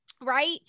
Right